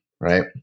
right